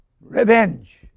Revenge